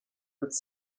with